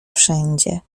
wszędzie